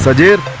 so did